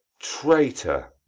traitor!